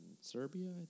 Serbia